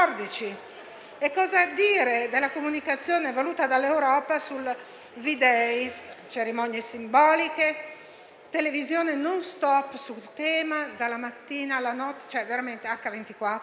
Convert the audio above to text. E cosa dire della comunicazione voluta dall'Europa sul V-day: cerimonie simboliche, televisione *non stop* sul tema, dalla mattina alla notte, veramente h24,